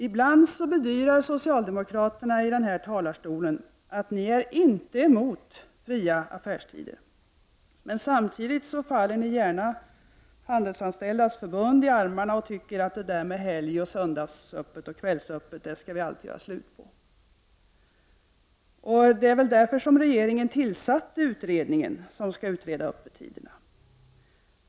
Ibland bedyrar socialdemokraterna i den här talarstolen att de inte är emot fria affärstider. Samtidigt faller ni gärna Handelsanställdas förbund i armarna och tycker att det där med helgoch kvällsöppet skall vi allt göra slut på. Det var väl därför som regeringen tillsatte utredningen om öppettiderna.